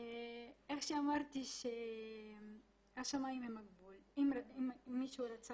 איך שאמרתי שהשמיים הם הגבול אם מישהו רוצה